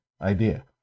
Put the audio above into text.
idea